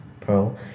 Pro